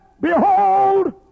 behold